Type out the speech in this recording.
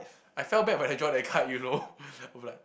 I felt bad when I draw the card you know